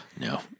no